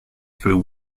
through